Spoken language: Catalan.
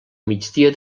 migdia